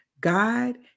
God